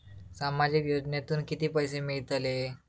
सामाजिक योजनेतून किती पैसे मिळतले?